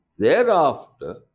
Thereafter